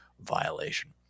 violation